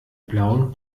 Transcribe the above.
blauen